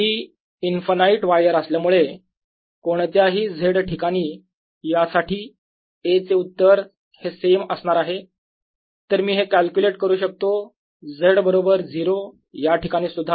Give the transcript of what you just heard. हि infinite wire असल्यामुळे कोणत्याही Z ठिकाणी यासाठी A चे उत्तर हे सेम असणार आहे तर मी हे कॅल्क्युलेट करू शकतो Z बरोबर 0 या ठिकाणी सुद्धा